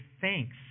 thanks